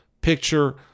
picture